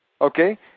okay